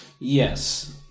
Yes